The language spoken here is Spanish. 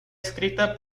escrita